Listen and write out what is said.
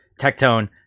Tectone